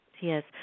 Yes